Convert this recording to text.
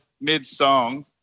mid-song